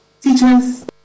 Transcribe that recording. Teachers